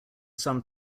some